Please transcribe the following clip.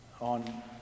on